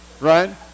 right